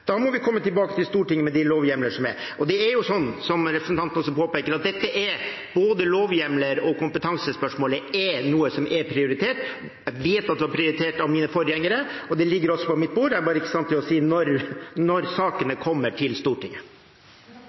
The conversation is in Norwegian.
Da må vi komme tilbake til Stortinget med de lovhjemlene. Og det er jo slik – som representanten også påpeker – at både lovhjemler og kompetansespørsmålet er noe som er prioritert. Jeg vet at det var prioritert av mine forgjengere, og det ligger altså på mitt bord; jeg er bare ikke i stand til å si når sakene kommer til Stortinget.